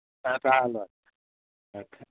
ꯆꯥꯔ ꯂꯣꯏꯔꯦ